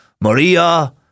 Maria